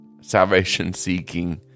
salvation-seeking